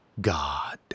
God